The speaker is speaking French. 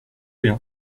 bien